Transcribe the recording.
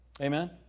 Amen